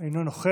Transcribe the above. הוא אינו נוכח.